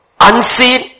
unseen